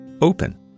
Open